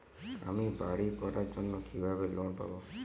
আমি বাড়ি করার জন্য কিভাবে লোন পাব?